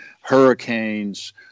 hurricanes